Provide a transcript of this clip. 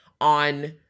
on